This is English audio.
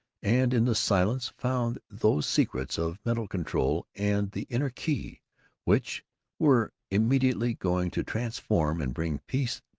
and in the silence found those secrets of mental control and the inner key which were immediately going to transform and bring peace,